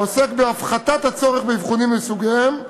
העוסק בהפחתת הצורך באבחונים לסוגיהם,